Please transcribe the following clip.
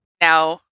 now